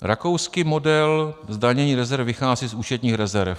Rakouský model zdanění rezerv vychází z účetních rezerv.